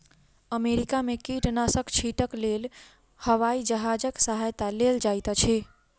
America में कीटनाशक छीटक लेल हवाई जहाजक सहायता लेल जाइत अछि